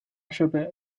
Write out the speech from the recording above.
设备